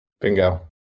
Bingo